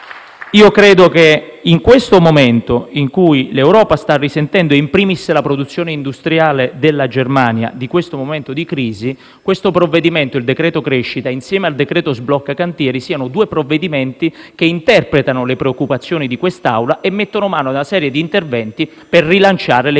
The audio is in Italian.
Io credo che in questa fase in cui l'Europa - e *in primis* la produzione industriale della Germania - sta risentendo di questo momento di crisi, questo provvedimento, il decreto crescita, insieme al decreto sblocca cantieri, siano due provvedimenti che interpretano le preoccupazioni di quest'Assemblea e mettono mano a una serie di interventi per rilanciare l'economia